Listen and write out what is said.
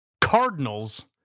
Cardinals